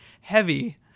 heavy